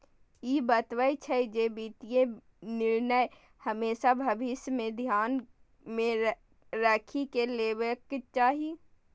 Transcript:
ई बतबै छै, जे वित्तीय निर्णय हमेशा भविष्य कें ध्यान मे राखि कें लेबाक चाही